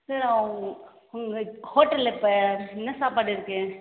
sir உங்க உங்கள் ஹோட்டலில் இப்போ என்ன சாப்பாடு இருக்குது